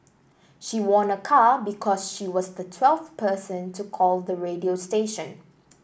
she won a car because she was the twelfth person to call the radio station